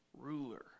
ruler